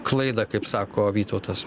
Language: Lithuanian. klaidą kaip sako vytautas